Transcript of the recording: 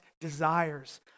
desires